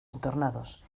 entornados